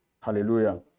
Hallelujah